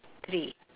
three